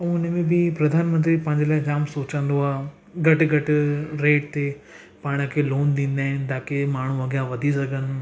ऐं हुन में बि प्रधानमंत्री पंहिंजे लाइ जाम सोचींदी आहे घटि घटि रेट ते पाण खे लोन ॾींदा आहिनि ताकी माण्हू अॻियां वधी सघनि